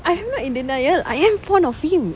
I am not in denial I am fond of him